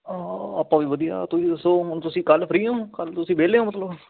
ਆਪਾਂ ਵੀ ਵਧੀਆ ਤੁਸੀਂ ਦੱਸੋ ਹੁਣ ਤੁਸੀਂ ਕੱਲ੍ਹ ਫਰੀ ਹੋ ਕੱਲ੍ਹ ਤੁਸੀਂ ਵਿਹਲੇ ਹੋ ਮਤਲਬ